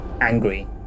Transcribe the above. angry